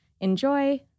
Enjoy